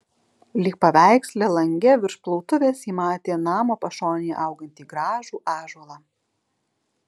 lyg paveiksle lange virš plautuvės ji matė namo pašonėje augantį gražų ąžuolą